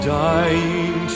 dying